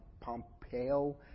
Pompeo